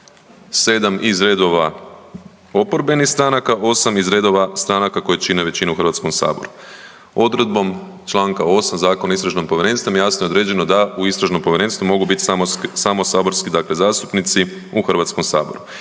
7 iz redova oporbenih stranaka, 8 iz redova stranaka koje čine većinu u Hrvatskom saboru. Odredbom Članka 8. Zakona o istražnom povjerenstvu jasno je određeno da u istražnom povjerenstvu mogu biti samo saborski dakle zastupnici u Hrvatskom saboru.